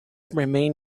remain